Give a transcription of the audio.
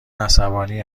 عصبانی